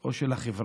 או של החברה: